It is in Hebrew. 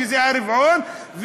שזה הרבעון,